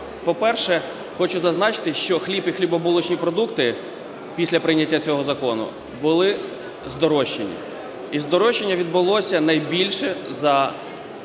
По-перше, хочу зазначити, що хліб і хлібобулочні продукти після прийняття цього закону були здорожчані. І здорожчання відбулося найбільше за 30